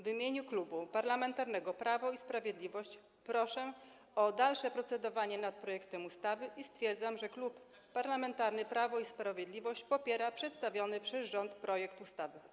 W imieniu Klubu Parlamentarnego Prawo i Sprawiedliwość proszę o dalsze procedowanie nad projektem ustawy i stwierdzam, że Klub Parlamentarny Prawo i Sprawiedliwość popiera przedstawiony przez rząd projekt ustawy.